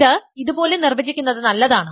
ഇത് ഇതുപോലെ നിർവചിക്കുന്നത് നല്ലതാണ്